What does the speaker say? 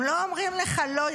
הם לא אומרים לך לא,